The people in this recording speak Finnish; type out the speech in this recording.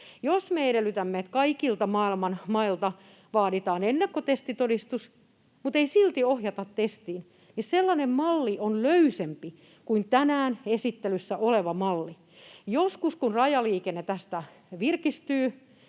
Jos me edellytämme, että kaikilta maailman mailta vaaditaan ennakkotestitodistus, mutta ei silti ohjata testiin, niin sellainen malli on löysempi kuin tänään esittelyssä oleva malli. Joskus kun rajaliikenne tästä virkistyy,